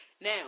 Now